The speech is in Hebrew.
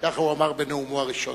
כך הוא אמר בנאומו הראשון.